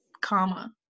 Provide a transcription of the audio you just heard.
Comma